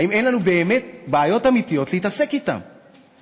האם אין לנו באמת בעיות אמיתיות להתעסק אתן?